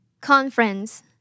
Conference